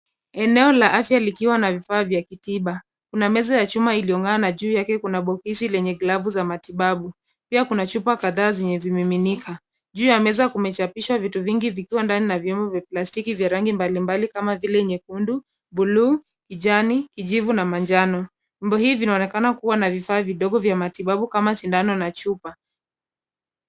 Eneo la afya likiwa na vifaa vya kitiba. Kuna Meza ya chuma iliyong'aa na juu yake kuna bofisi lenye glavu za matibabu. Pia kuna chupa kadhaa zilizomiminika juu ya meza kumechapishwa vitu vingi vikiwa ndani na vyombo vya plastiki vya rangi mbalimbali kama vile nyekundu, buluu, kijani, kijivu na manjano. Vyombo hivi vinaonekana kuwa na vifaa vidogo vya matibabu kama sindano na chupa.